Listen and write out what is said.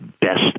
best